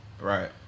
Right